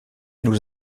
nous